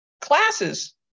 classes